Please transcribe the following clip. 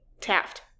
Taft